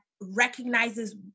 recognizes